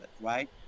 right